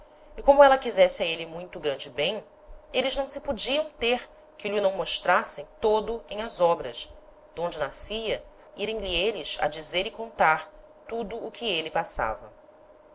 e como éla quisesse a êle muito grande bem êles não se podiam ter que lh'o não mostrassem todo em as obras d'onde nascia irem lhe êles a dizer e contar tudo o que êle passava